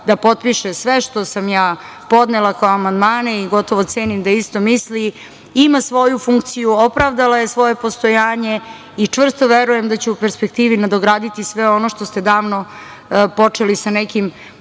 da potpiše sve što sam ja podnela kao amandmane i gotovo cenim da isto misli, ima svoju funkciju, opravdala je svoje postojanje, i čvrsto verujem da će u perspektivi nadograditi sve ono što ste davno počeli sa nekim